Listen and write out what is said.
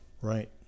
Right